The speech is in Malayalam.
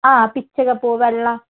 ആ പിച്ചക പൂ വെള്ള